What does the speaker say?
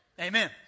Amen